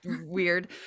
weird